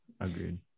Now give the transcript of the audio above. agreed